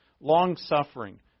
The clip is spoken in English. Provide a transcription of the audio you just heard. long-suffering